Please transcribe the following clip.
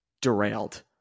derailed